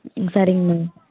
ம் சரிங்கம்மா